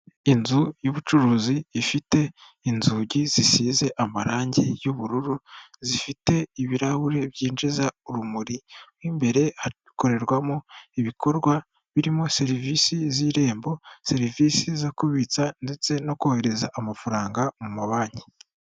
Inzu y'ubucuruzi ifite inzugi zisize amarangi y'ubururu, zifite ibirahure byinjiza urumuri . Mu imbere hakorerwamo ibikorwa birimo serivisi z'irembo ,serivisi zo kubitsa ndetse no kohereza amafaranga mu mabanki.